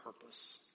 purpose